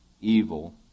evil